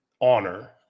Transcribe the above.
honor